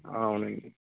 అవునండి